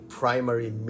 primary